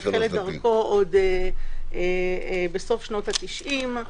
החל את דרכו עוד בסוף שנות ה-90'